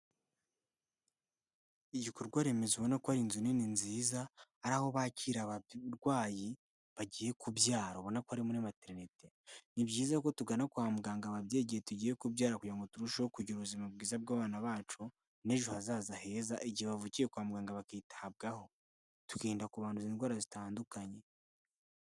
Ibikorwa remezo no ko ari inzu nini nziza ari aho bakira abarwayi bagiye kubyara ubona ko ari muri materineti. Ni byiza ko tugana kwa muganga ababyeyi igihe tugiye kubyara kugira ngo turusheho kugira ubuzima bwiza bw'abana bacu n'ejo hazaza heza igihe bavukiye kwa muganga bakitabwaho, tukirinda kubanduza indwara zitandukanye.